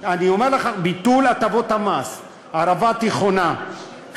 ערבה תיכונה,